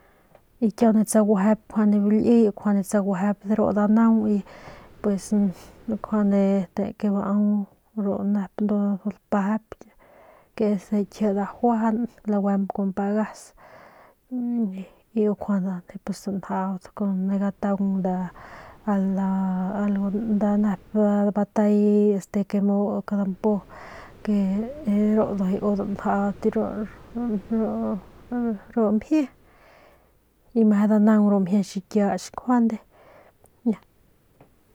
Y kiau ne tsaguejep njuande bu liy tsaguejep de ru danaung y pues njuande te ke baau ru nep ndua lapejep ke es kji dajuajan laguemp kun pagas y u njuande stanjaut kun gane gataung kun algo nep nda batay este que mu nep kadampu de ru ndujuy u danjaut ru ru ru mjie y meje danaung ru mjie xikiach njuande ya.